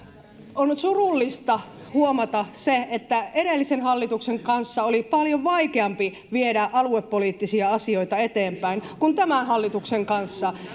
on surullista huomata se että edellisen hallituksen kanssa oli paljon vaikeampi viedä aluepoliittisia asioita eteenpäin kuin tämän hallituksen kanssa